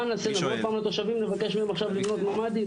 מה נעשה, עוד פעם לתושבים נבקש מהם לעשות ממ"דים?